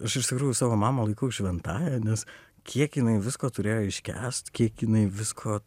aš iš tikrųjų savo mamą laikau šventąja nes kiek jinai visko turėjo iškęst kiek jinai visko